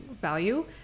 value